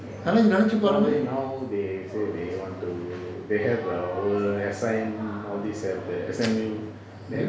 now they say they want to they have our S_I_M all these have S_M_U they have